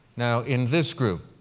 now, in this group,